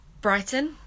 Brighton